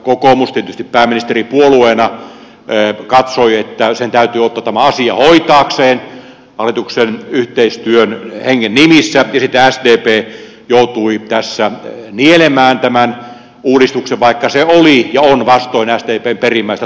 kokoomus tietysti pääministeripuolueena katsoi että sen täytyy ottaa tämä asia hoitaakseen hallituksen yhteistyöhengen nimissä ja sitten sdp joutui tässä nielemään tämän uudistuksen vaikka se oli ja on vastoin sdpn perimmäistä tahtoa